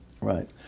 Right